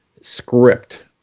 script